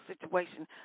situation